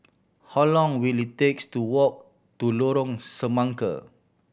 how long will it takes to walk to Lorong Semangka